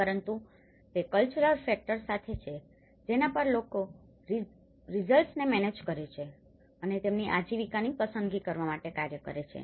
પરંતુ તે cultural factors સાથે છે જેના પર લોકો રિઝલ્ટ્સને મેનેજ કરે છે અને તેમની આજીવિકાની પસંદગી કરવા માટે કાર્ય કરે છે